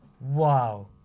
Wow